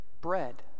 Bread